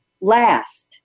last